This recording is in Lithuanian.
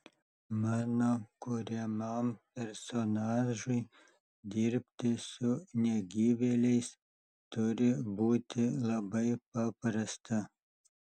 mano kuriamam personažui dirbti su negyvėliais turi būti labai paprasta